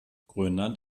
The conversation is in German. grönland